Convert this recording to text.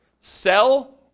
sell